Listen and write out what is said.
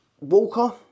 Walker